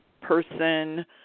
person